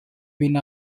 been